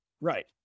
Right